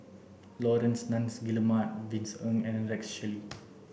Laurence Nunns Guillemard Vincent Ng and Rex Shelley